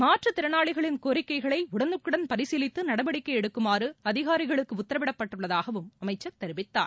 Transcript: மாற்றுத் திறனாளிகளின் கோரிக்கைகளை உடனுக்குடன் பரிசீலித்து நடவடிக்கை எடுக்குமாறு அதிகாரிகளுக்கு உத்தரவிடப்பட்டுள்ளதாகவும் அமைச்சர் தெரிவித்தார்